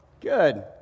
Good